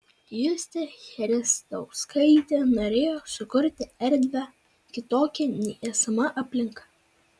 justė christauskaitė norėjo sukurti erdvę kitokią nei esama aplinka